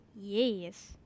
Yes